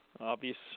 obvious